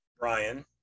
Brian